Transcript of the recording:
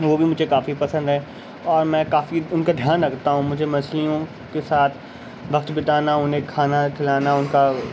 وہ بھی مجھے کافی پسند ہے اور میں کافی ان کا دھیان رکھتا ہوں مجھے مچھلیوں کے ساتھ وقت بتانا انہیں کھانا کھلانا ان کا